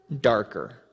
darker